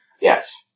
Yes